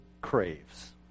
craves